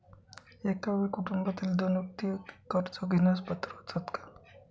एका वेळी कुटुंबातील दोन व्यक्ती कर्ज घेण्यास पात्र होतात का?